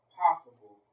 possible